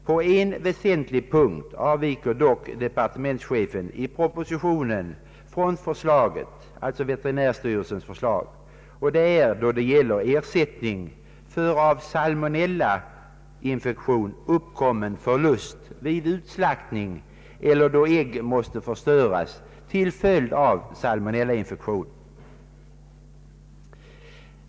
På en väsentlig punkt avviker dock departementschefen i propositionen från veterinärstyrelsens förslag, och det är då det gäller ersättning för genom salmonellainfektion uppkommen förlust vid utslaktning eller då ägg måste förstöras till följd av salmonellainfektion.